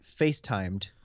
FaceTimed